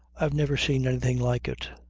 i've never seen anything like it.